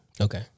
Okay